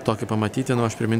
tokį pamatyti na o aš primin